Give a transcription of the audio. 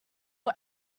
for